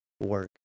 work